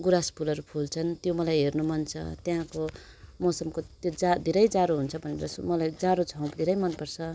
गुँरास फुलहरू फुल्छन् त्यो मलाई हेर्नु मन छ त्यहाँको मौसमको त्यो जा धेरै जाडो हुन्छ भनेर सु मलाई जाडो ठाउँ धेरै मनपर्छ